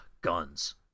guns